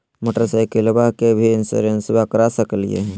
मोटरसाइकिलबा के भी इंसोरेंसबा करा सकलीय है?